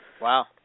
Wow